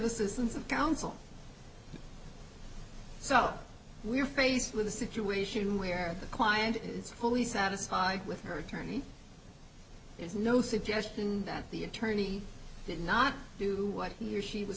assistance of counsel so we are faced with a situation where the client is fully satisfied with her attorney there's no suggestion that the attorney did not do what he or she was